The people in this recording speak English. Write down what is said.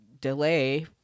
delay